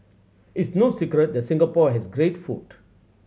it's no secret that Singapore has great food